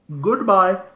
goodbye